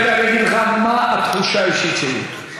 אני אגיד לך מה התחושה האישית שלי.